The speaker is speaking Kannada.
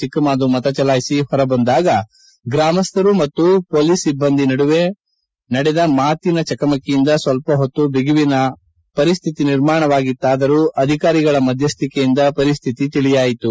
ಚಿಕ್ಕಮಾದು ಮತ ಚಲಾಯಿಸಿ ಹೊರಬಂದಾಗ ಗ್ರಾಮಸ್ಥರು ಮತ್ತು ಮೊಲೀಸ್ ಸಿಬ್ಬಂದಿ ನಡುವೆ ನಡೆದ ಮಾತಿನ ಚಕಮಕಿಯಿಂದ ಸ್ವಲ್ಪ ಹೊತ್ತು ಬಿಗಿವಿನ ಪರಿಸ್ಕಿತಿ ನಿರ್ಮಾಣವಾಗಿತ್ತಾದರೂ ಧಿಕಾರಿಗಳ ಮಧಸ್ಥಿಕೆಯಿಂದ ಪರಿಸ್ಥಿತಿ ತಿಳಿಯಾಯಿತು